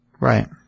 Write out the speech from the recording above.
Right